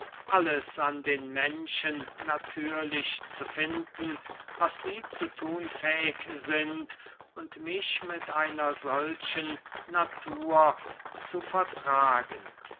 alles an den menschen natürlich zu finden was sie zu thun fähig sind und mich mit einer solchen natur zu vertragen